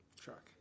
Truck